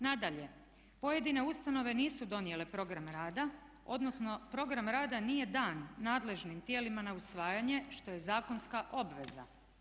Nadalje, pojedine ustanove nisu donijele program rada, odnosno program rada nije dan nadležnim tijelima na usvajanje što je zakonska obveza.